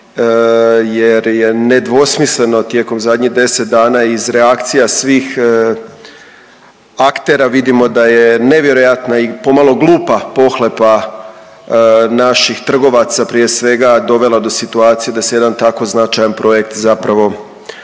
jer je nedvosmisleno tijekom zadnjih 10 dana iz reakcija svih aktera, vidimo da je nevjerojatna i pomalo glupa pohlepa naših trgovaca, prije svega dovela do situacija da se jedan tako značajan projekt zapravo,